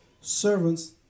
servants